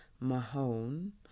Mahone